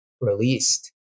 released